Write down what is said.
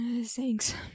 Thanks